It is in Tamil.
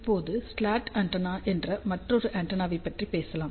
இப்போது ஸ்லாட் ஆண்டெனா என்ற மற்றொரு ஆண்டெனாவைப் பற்றி பேசலாம்